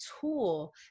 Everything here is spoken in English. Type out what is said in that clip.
tool